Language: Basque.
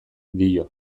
dio